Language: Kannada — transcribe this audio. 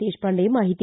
ದೇಶಪಾಂಡೆ ಮಾಹಿತಿ